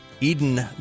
Eden